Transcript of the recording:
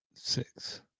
Six